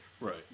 Right